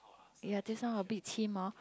ya this one a bit chim hor